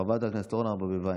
חברת הכנסת אורנה ברביבאי,